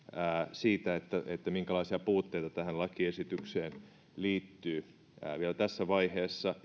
siitä minkälaisia puutteita tähän lakiesitykseen liittyy vielä tässä vaiheessa